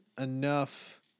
enough